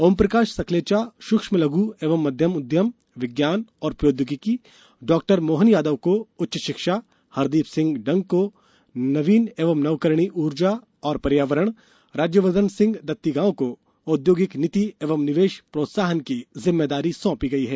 ओमप्रकाश सकलेचा सूक्ष्म लघु एवं मध्यम उद्यम विज्ञान और प्रोद्योगिकी डाक्टर मोहन यादव को उच्च शिक्षा हरदीप सिंह डंक नवीन एवं नवकरणीय ऊर्जा और पर्यावरण राज्यवर्धन सिंह दत्तीगांव को औद्योगिक नीति एवं निवेश प्रोत्साहन की जिम्मेदारी सौंपी गई है